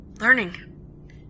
Learning